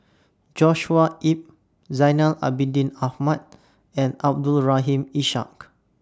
Joshua Ip Zainal Abidin Ahmad and Abdul Rahim Ishak